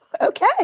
okay